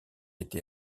été